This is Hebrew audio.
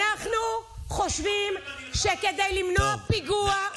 אנחנו חושבים שכדי למנוע פיגוע,